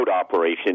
operation